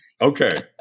Okay